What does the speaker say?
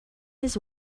his